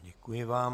Děkuji vám.